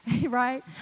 right